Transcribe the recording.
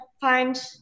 find